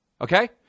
okay